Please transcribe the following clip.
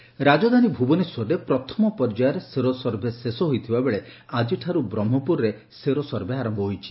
serosurvey ଆର ରାଜଧାନୀ ଭୁବନେଶ୍ୱରରେ ପ୍ରଥମ ପର୍ଯ୍ୟାୟରେ ସେରୋସର୍ଭେ ଶେଷ ହୋଇଥିବାବେଳେ ଆଜିଠାରୁ ବ୍ରହ୍କପୁରରେ ସେରୋସର୍ଭେ ଆର ହୋଇଛି